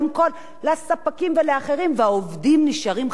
והעובדים נשארים חסרי כול וחסרי קול.